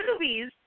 movies